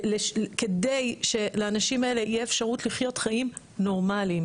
כדי שלאנשים האלה תהיה אפשרות לחיות חיים נורמליים.